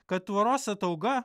kad tvoros atauga